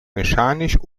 mechanisch